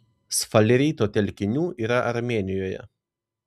sfalerito telkinių yra armėnijoje